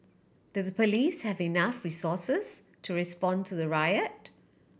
did the police have enough resources to respond to the riot